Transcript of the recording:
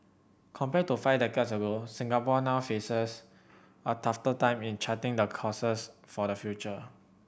compared to five decades ago Singapore now faces a tougher time in charting the courses for the future